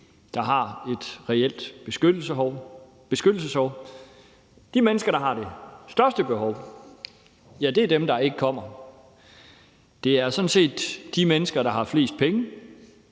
der har et reelt beskyttelsesbehov. De mennesker, der har det største behov, er dem, der ikke kommer. Det er sådan set de mennesker, der har flest penge,